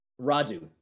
radu